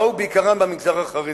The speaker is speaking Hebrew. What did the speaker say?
באו בעיקרן מהמגזר החרדי,